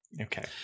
Okay